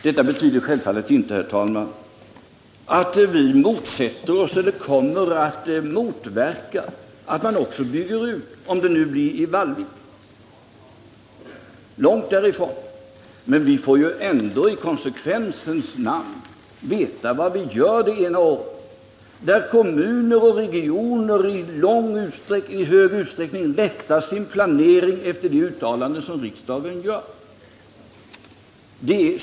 Detta betyder självfallet inte, herr talman, att vi motsätter oss eller kommer att motverka att man också bygger ut verksamheten i Vallvik, om det nu blir aktuellt — långt därifrån. Men vi bör ändå i konsekvensens namn veta vad vi gör det ena året, när kommuner och regioner i stor utsträckning rättar sin planering efter de uttalanden som riksdagen gör.